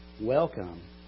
welcome